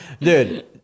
Dude